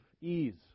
ease